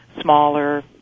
smaller